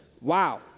wow